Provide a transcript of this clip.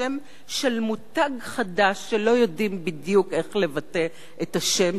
שם של מותג חדש שלא יודעים בדיוק איך לבטא אותו,